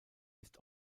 ist